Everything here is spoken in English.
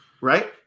right